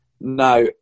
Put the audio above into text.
Now